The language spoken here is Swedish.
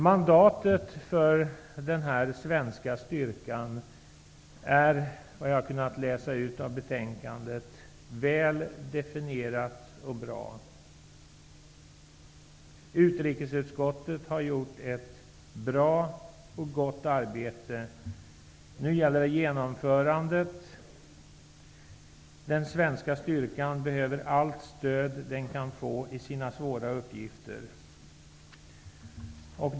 Mandatet för den svenska styrkan är, vad jag har kunnat läsa ut av betänkandet, väl definierat och bra. Utrikesutskottet har gjort ett bra och gott arbete. Nu gäller det genomförandet. Den svenska styrkan behöver allt stöd den kan få i sina svåra uppgifter.